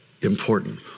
important